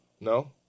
No